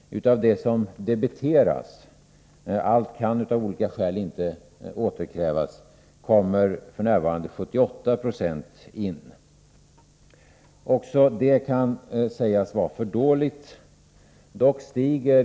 Av det som debiteras — allt kan av olika skäl inte återkrävas — kommer f.n. 7820 in. Också detta kan sägas vara för dåligt.